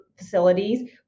facilities